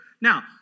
Now